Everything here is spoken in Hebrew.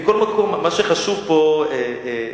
מכל מקום מה שחשוב פה זה,